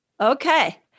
Okay